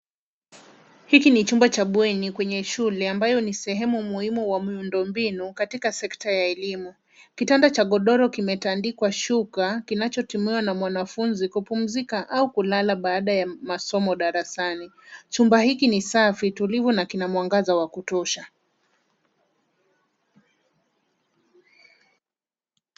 Hiki ni chumba cha bweni kwenye shule ambayo ni sehemu muhimu wa miundombinu katika sekta ya elimu. Kitanda cha gondoro kimetandikwa shuka kinachotumiwa na mwanafunzi kupumzika au kulala baada ya masomo darasani. Chumba hiki ni safi, tulivu na kina mwangaza wa kutosha.